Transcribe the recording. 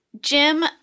Jim